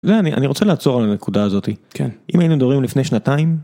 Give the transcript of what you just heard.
אני רוצה לעצור על הנקודה הזאת. אם היינו מדברים לפני שנתיים.